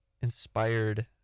inspired